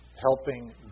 helping